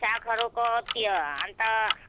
सागहरूको त्यो अन्त